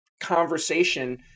conversation